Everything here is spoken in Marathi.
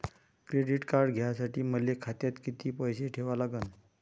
क्रेडिट कार्ड घ्यासाठी मले खात्यात किती पैसे ठेवा लागन?